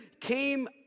came